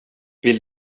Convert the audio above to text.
vill